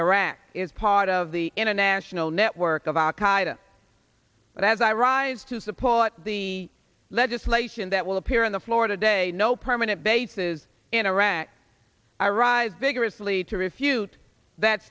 iraq is part of the international network of al qaida but as i rise to support the legislation that will appear on the floor today no permanent bases in iraq i rise vigorously to refute that